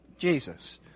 Jesus